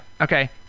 okay